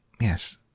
Yes